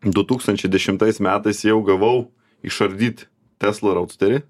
du tūkstančiai dešimtais metais jau gavau išardyt tesla rautsterį